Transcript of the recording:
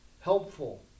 Helpful